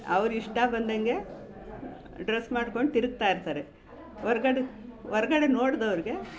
ಅವ್ರು ಇಷ್ಟ ಬಂದಂಗೆ ಡ್ರಸ್ ಮಾಡ್ಕೊಂಡು ತಿರುಗ್ತಾ ಇರ್ತಾರೆ ಹೊರ್ಗಡೆ ಹೊರ್ಗಡೆ ನೋಡ್ದವ್ರಿಗೆ